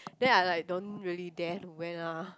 then I like don't really dare to wear lah